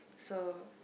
so